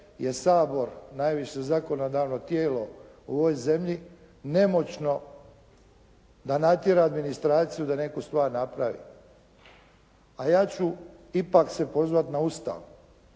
je Sabor najviše zakonodavno tijelo u ovoj zemlji nemoćno da natjera administraciju da neku stvar napravi, a ja ću ipak se pozvati na Ustav